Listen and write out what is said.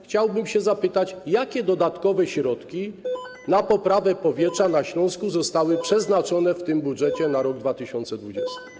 Chciałbym się zapytać: Jakie dodatkowe środki na poprawę powietrza na Śląsku zostały przeznaczone w tym budżecie na rok 2020?